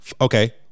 Okay